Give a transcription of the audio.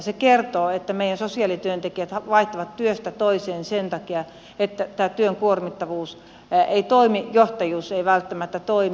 se kertoo että meidän sosiaalityöntekijät vaihtavat työstä toiseen sen takia että työn kuormittavuus ei toimi johtajuus ei välttämättä toimi